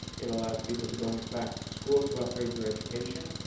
it allows people to go back to school to upgrade their education,